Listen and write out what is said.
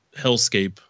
hellscape